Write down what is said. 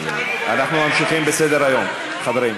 אנחנו ממשיכים בסדר-היום, חברים.